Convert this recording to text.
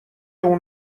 اون